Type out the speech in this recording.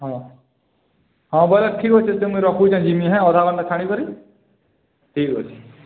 ହଁ ହଁ ବୋଇଲେ ଠିକ୍ ଅଛି ଯେ ମୁଇଁ ରଖୁଛେଁ ଯିମି ହେଁ ଅଧା ଘଣ୍ଟା ଛାଡ଼ିକରି ଠିକ୍ ଅଛି